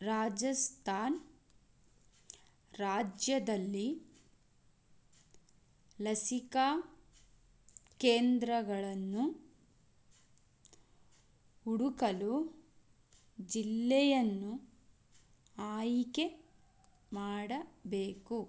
ರಾಜಸ್ಥಾನ್ ರಾಜ್ಯದಲ್ಲಿ ಲಸಿಕಾ ಕೇಂದ್ರಗಳನ್ನು ಹುಡುಕಲು ಜಿಲ್ಲೆಯನ್ನು ಆಯ್ಕೆ ಮಾಡಬೇಕು